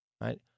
Right